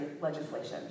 legislation